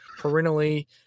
parentally